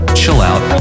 chill-out